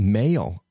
male